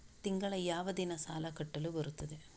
ತಿಂಗಳ ಯಾವ ದಿನ ಸಾಲ ಕಟ್ಟಲು ಬರುತ್ತದೆ?